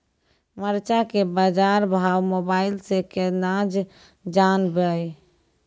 मरचा के बाजार भाव मोबाइल से कैनाज जान ब?